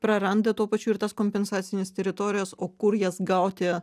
praranda tuo pačiu ir tas kompensacines teritorijas o kur jas gauti